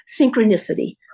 synchronicity